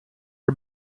are